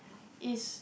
is